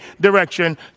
direction